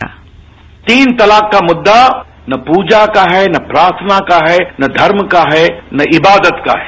bite तीन तलाक का मुद्दा न पूजा का है न प्रार्थना का है न धर्म का है न इबादत का है